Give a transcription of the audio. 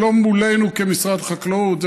זה לא מולנו כמשרד החקלאות,